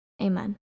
Amen